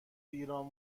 ایران